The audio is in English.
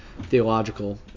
theological